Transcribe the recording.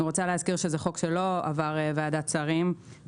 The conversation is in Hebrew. אני רוצה להזכיר שזה הצעת חוק שלא עברה את ועדת השרים לענייני חקיקה,